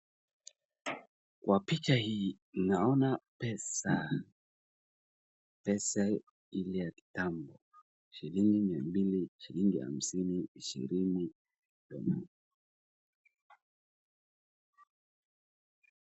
Kwa picha hii, naona pesa, pesa ile ya kitambo shilingi mia mbili, shilingi hamsini, ishirini.